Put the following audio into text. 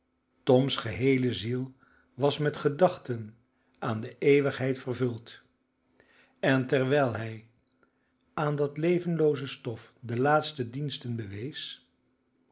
toms geheele ziel was met gedachten aan de eeuwigheid vervuld en terwijl hij aan dat levenlooze stof de laatste diensten bewees